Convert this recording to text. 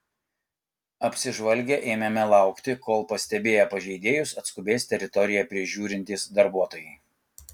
apsižvalgę ėmėme laukti kol pastebėję pažeidėjus atskubės teritoriją prižiūrintys darbuotojai